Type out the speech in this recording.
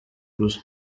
uguze